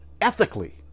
Ethically